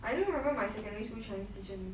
I don't remember my secondary school chinese teacher name